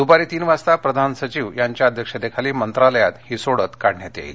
दुपारी तीन वाजता प्रधान सचिव यांच्या अध्यक्षतेखाली मंत्रालयात सोडत काढण्यात येणार आहे